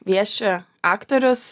vieši aktorius